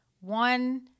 one